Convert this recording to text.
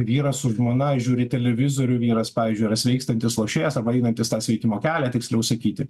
vyras su žmona žiūri televizorių vyras pavyzdžiui yra sveikstantis lošėjas einantis tą sveikimo kelią tiksliau sakyti